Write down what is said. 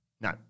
No